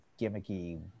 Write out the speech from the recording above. gimmicky